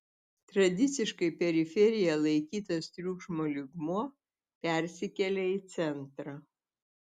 tradiciškai periferija laikytas triukšmo lygmuo persikelia į centrą